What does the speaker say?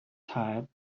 tired